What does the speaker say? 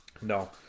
No